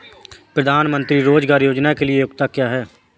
प्रधानमंत्री रोज़गार योजना के लिए योग्यता क्या है?